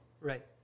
Right